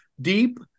deep